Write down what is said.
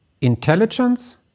Intelligence